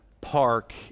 park